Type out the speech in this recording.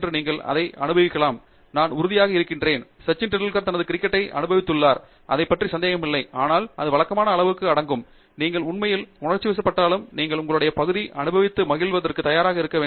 நீங்கள் அதை அனுபவிக்கலாம் நான் உறுதியாக இருக்கிறேன் சச்சின் டெண்டுல்கர் தனது கிரிக்கெட்டை அனுபவித்துள்ளார் அதைப் பற்றி சந்தேகம் இல்லை ஆனால் இது வழக்கமான அளவுக்கு அடங்கும் நீங்கள் உண்மையில் உணர்ச்சிவசப்பட்டாலும் நீங்கள் உங்களுடைய பகுதியை அனுபவித்து மகிழ்வதற்கு தயாராக இருக்க வேண்டும்